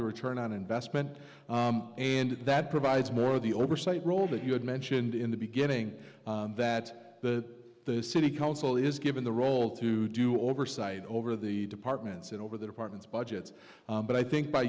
the return on investment and that provides more of the oversight role that you had mentioned in the beginning that the city council is given the role to do oversight over the departments and over the department's budgets but i think by